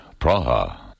Praha